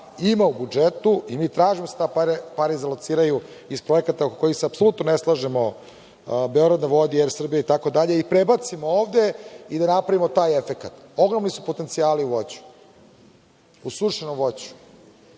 ima u budžetu i mi tražimo da se te pare zalociraju iz projekata oko kojih se apsolutno ne slažemo, „Beograd na vodi“, „Er Srbija“ itd, i prebacimo ovde i da napravimo taj efekat. Ogromni su potencijali u voću, u sušenom voću.